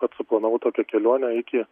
pats suplanavau tokią kelionę iki